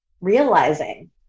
realizing